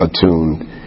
attuned